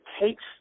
takes